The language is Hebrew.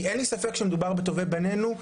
כי אין לי ספק שמדובר בטובי בנינו,